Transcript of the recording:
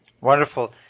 Wonderful